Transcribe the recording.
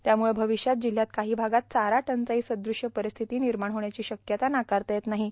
त्यामुळं भावष्यात जिल्ह्यातील काही भागात चारा टंचाई सदृश्य र्पारस्थिती निमाण होण्याची शक्यता नाकारता येत नाहां